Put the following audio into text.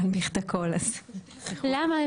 למה?